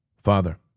Father